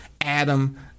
Adam